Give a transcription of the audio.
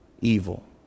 evil